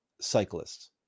cyclists